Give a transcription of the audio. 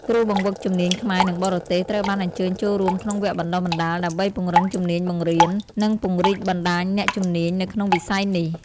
គ្រូបង្វឹកជំនាញខ្មែរនិងបរទេសត្រូវបានអញ្ជើញចូលរួមក្នុងវគ្គបណ្តុះបណ្តាល ដើម្បីពង្រឹងជំនាញបង្រៀន និងពង្រីកបណ្តាញអ្នកជំនាញនៅក្នុងវិស័យនេះ។